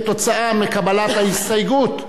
אם כתוצאה מקבלת ההסתייגות,